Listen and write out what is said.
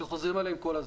שחוזרים עליהן כל הזמן: